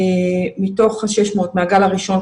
מתוך ה-600 מהגל הראשון,